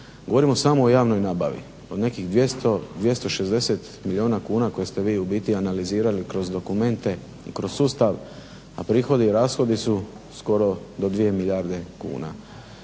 govorimo samo o javnoj nabavi od nekih 200, 260 milijuna kuna koje ste vi analizirali kroz dokumente i kroz sustav a prihodi i rashodi su skoro do 2 milijarde kuna.